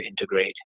integrate